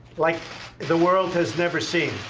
like the world has never seen!